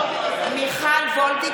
(קוראת בשמות חברי הכנסת) מיכל וולדיגר,